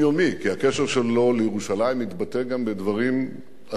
כי הקשר שלו לירושלים התבטא גם בדברים אחרים,